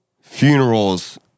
funerals